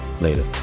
later